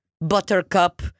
buttercup